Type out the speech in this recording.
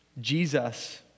Jesus